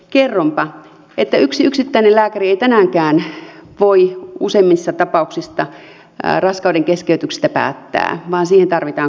kerronpa että yksi yksittäinen lääkäri ei tänäänkään voi useimmissa tapauksissa raskaudenkeskeytyksistä päättää vaan siihen tarvitaan kaksi lääkäriä